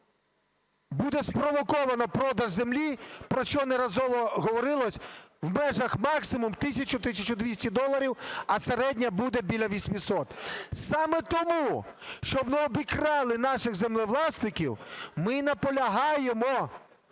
буде спровоковано продаж землі, про що неодноразово говорилось в межах максимум 1 тисяча - 1 тисяча 200 доларів, а середня буде біля 800. Саме тому, щоб не обікрали наших землевласників, ми і наполягаємо